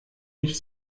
nicht